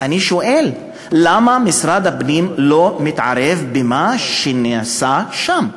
אני שואל: למה משרד הפנים לא מתערב במה שנעשה שם?